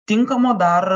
tinkamo dar